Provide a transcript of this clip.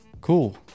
Cool